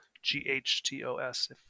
G-H-T-O-S